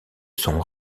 son